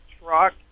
truck